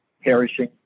perishing